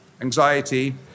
Anxiety